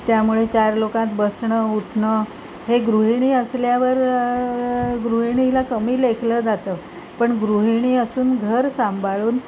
त्यामुळे चार लोकांत बसणं उठणं हे गृहिणी असल्यावर गृहिणीला कमी लेखलं जातं पण गृहिणी असून घर सांभाळून